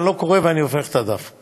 אני לא קורא ואני הופך את הדף,